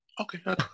Okay